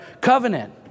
covenant